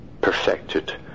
perfected